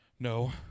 No